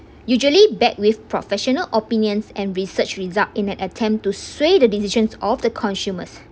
usually backed with professional opinions and research result in an attempt to sway the decisions of the consumers